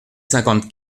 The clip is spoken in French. cinquante